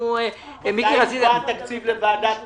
--- לוועדת כספים,